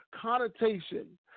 connotation